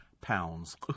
pounds